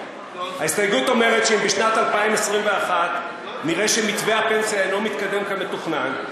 ההסתייגות אומרת שאם בשנת 2021 נראה שמתווה הפנסיה אינו מתקדם כמתוכנן,